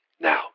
Now